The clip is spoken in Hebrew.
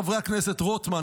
חברי הכנסת רוטמן,